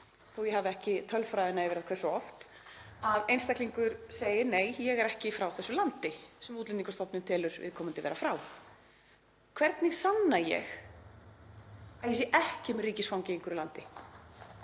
þótt ég hafi ekki tölfræðina yfir það hversu oft, að einstaklingur segir: Nei, ég er ekki frá þessu landi, þ.e. landinu sem Útlendingastofnun telur viðkomandi vera frá. Hvernig sanna ég að ég sé ekki með ríkisfang í einhverju landi?